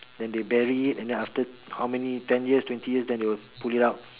then they bury it and then after how many ten years twenty years then they will pull it out